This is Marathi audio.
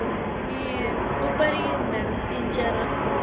मग मी दुपारी येईन मॅडम तीन चार वाजता